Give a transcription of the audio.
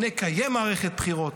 נקיים מערכת בחירות,